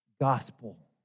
Gospel